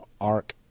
arc